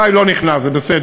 אלי לא נכנס, זה בסדר,